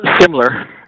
Similar